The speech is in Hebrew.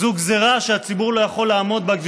זו גזרה שהציבור לא יכול לעמוד בה.